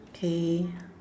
okay